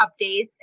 updates